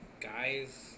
guys